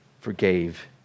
forgave